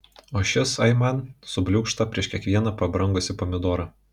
o šis aiman subliūkšta prieš kiekvieną pabrangusį pomidorą